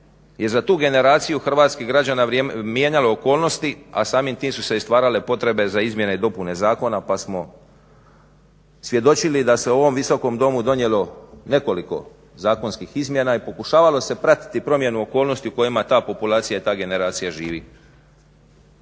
za tu generaciju hrvatskih građana mijenjalo okolnosti, a samim tim su se i stvarale potrebe za izmjene i dopune zakona pa smo svjedočili da se u ovom Viskom domu donijelo nekoliko zakonskih izmjena i pokušavalo se pratiti promjenu okolnosti u kojima ta populacija i ta generacija živi.